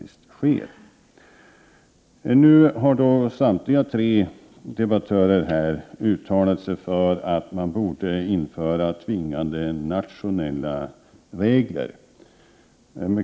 Samtliga tre debattörer här har uttalat sig för att det borde införas tvingande nationella regler.